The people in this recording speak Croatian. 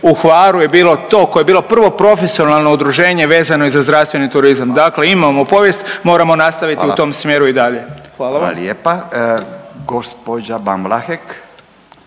u Hvaru je bilo to koje je bilo prvo profesionalno udruženje vezano je za zdravstveni turizam. Dakle imamo povijest, moramo nastaviti u tom smjeru i dalje. Hvala. **Radin, Furio